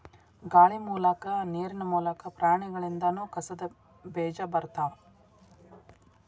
ಗಾಳಿ ಮೂಲಕಾ ನೇರಿನ ಮೂಲಕಾ, ಪ್ರಾಣಿಗಳಿಂದನು ಕಸದ ಬೇಜಾ ಬರತಾವ